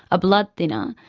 a blood thinner,